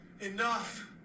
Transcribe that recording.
Enough